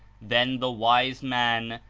then the wise man,